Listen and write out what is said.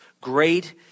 Great